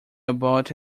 about